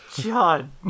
John